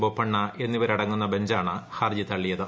ബൊപ്പണ്ണ എന്നിവരടങ്ങുന്ന ബഞ്ചാണ് ഹർജി തള്ളിയത്